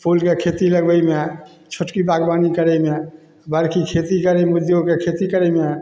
फूलके खेती लगबैमे छोटकी बागवानी करैमे बड़की खेती करैमे उद्योगके खेती करैमे